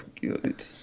good